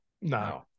no